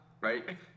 right